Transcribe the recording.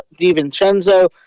DiVincenzo